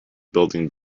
building